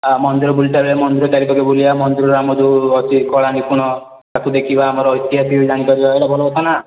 ମନ୍ଦିର ବୁଲି ସାରିଲେ ମନ୍ଦିର ଚାରିପାଖେ ବୁଲିବା ମନ୍ଦିରରେ ଆମର ଯେଉଁ ଅଛି କଳାନିପୂଣ ତାକୁ ଦେଖିବା ଆମ ଐତିହାସକ ବି ଜାଣିପାରିବା ଏଇଟା ଭଲ କଥା ନା